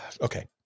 Okay